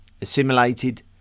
assimilated